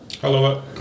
Hello